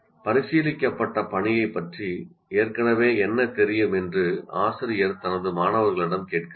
பரிசீலிக்கப்பட்ட பணியைப் பற்றி ஏற்கனவே என்ன தெரியும் என்று ஆசிரியர் தனது மாணவர்களிடம் கேட்கிறார்